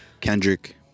Kendrick